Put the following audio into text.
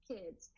Kids